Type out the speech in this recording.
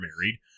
married